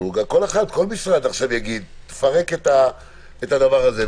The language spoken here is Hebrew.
כל משרד עכשיו יגיד: תפרק את הדבר הזה,